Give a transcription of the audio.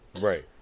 Right